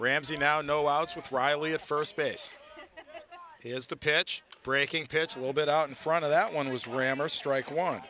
ramsey now no outs with riley at first base he has to pitch breaking pitch a little bit out in front of that one was